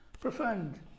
Profound